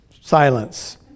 silence